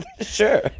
Sure